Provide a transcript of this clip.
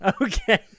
Okay